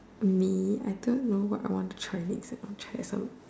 me I don't know what I want to try next I want try some